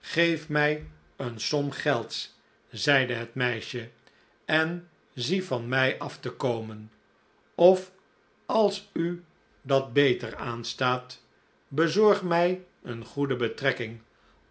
geef mij een som gelds zeide het meisje en zie van mij af te komen of als u dat beter aanstaat bezorg mij een goede betrekking